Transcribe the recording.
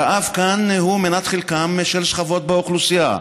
הרעב כאן הוא מנת חלקן של שכבות באוכלוסייה,